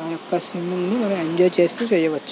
ఆ యొక్క స్విమ్మింగ్ని మనం ఎంజాయ్ చేస్తూ చేయవచ్చు